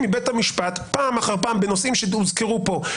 מבית המשפט פעם אחר פעם בנושאים שהוזכרו כאן,